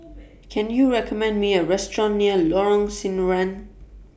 Can YOU recommend Me A Restaurant near Lorong Sinaran